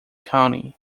county